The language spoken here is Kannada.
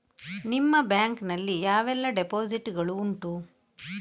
ನಿಮ್ಮ ಬ್ಯಾಂಕ್ ನಲ್ಲಿ ಯಾವೆಲ್ಲ ಡೆಪೋಸಿಟ್ ಗಳು ಉಂಟು?